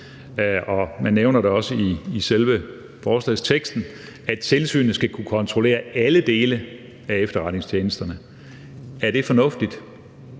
Man nævner også i selve forslagsteksten, at tilsynet skal kunne kontrollere alle dele af efterretningstjenesterne. Er det fornuftigt?